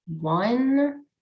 one